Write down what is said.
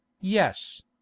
Yes